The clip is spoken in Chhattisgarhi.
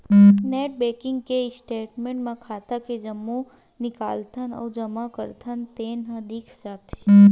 नेट बैंकिंग के स्टेटमेंट म खाता के जम्मो निकालथन अउ जमा करथन तेन ह दिख जाथे